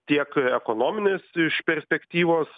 tiek ekonominės perspektyvos